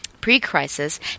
Pre-crisis